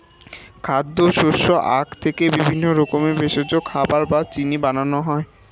খাদ্য, শস্য, আখ থেকে বিভিন্ন রকমের ভেষজ, খাবার বা চিনি বানানো হয়